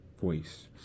voice